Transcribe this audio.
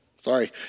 Sorry